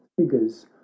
figures